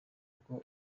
urwo